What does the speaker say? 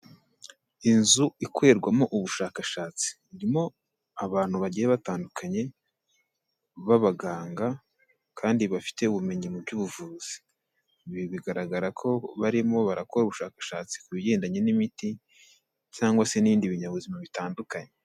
Inzu ikorerwamo ubushakashatsi, irimo abantu bagiye batandukanye b'abaganga kandi bafite ubumenyi mu by'ubuvuzi. Ibi bigaragara ko barimo barakora ubushakashatsi kubigendanye n'imiti cyangwa se n'ibindi binyabuzima bitandukanye.